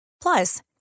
Plus